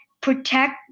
protect